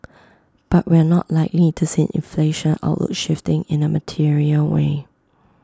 but we're not likely to see inflation outlook shifting in A material way